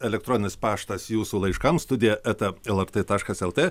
elektroninis paštas jūsų laiškams studija eta lrt taškas lt